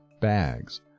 bags